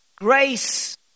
grace